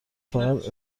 فقط